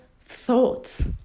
thoughts